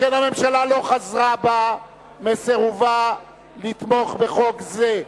שכן הממשלה לא חזרה בה מסירובה לתמוך בחוק זה.